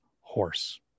horse